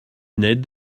ned